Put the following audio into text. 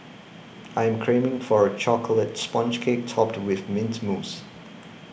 I am craving for a Chocolate Sponge Cake Topped with Mint Mousse